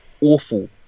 awful